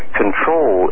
control